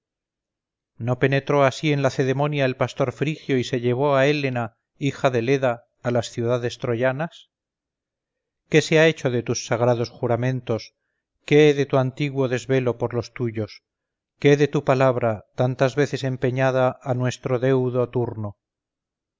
no penetró así en lacedemonia el pastor frigio y se llevó a hélena hija de leda a las ciudades troyanas que se ha hecho de tus sagrados juramentos qué de tu antiguo desvelo por los tuyos qué de tu palabra tantas veces empeñada a nuestro deudo turno